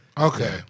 Okay